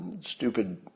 stupid